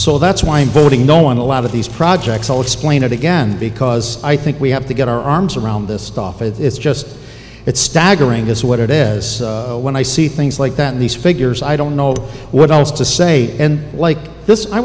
so that's why i'm voting no on a lot of these projects i'll explain it again because i think we have to get our arms around this stuff it's just it's staggering is what it is when i see things like that these figures i don't know what else to say and like this i